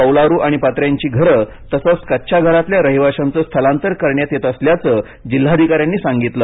कौलारू आणि पत्र्यांची घरं तसंच कच्च्या घरांतल्या रहिवाशांचं स्थलांतर करण्यात येत असल्याचं जिल्हाधिकाऱ्यांनी सांगितलं